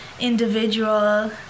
individual